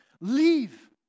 Leave